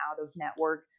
out-of-network